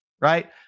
right